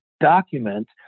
document